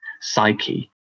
psyche